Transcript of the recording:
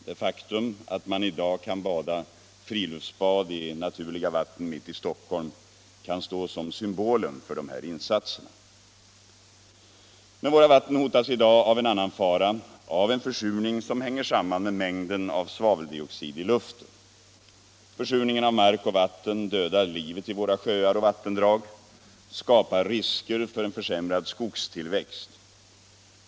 Det faktum att man i dag kan bada friluftsbad i naturliga vatten mitt i Stockholm kan stå som symbolen för dessa insatser. Men våra vatten hotas i dag av en annan fara, av en försurning som hänger samman med mängden av svaveldioxid i luften. Försurningen av mark och vatten dödar livet i våra sjöar och vattendrag och skapar risker för en försämrad skogstillväxt.